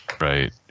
Right